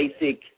basic